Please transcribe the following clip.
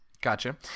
Gotcha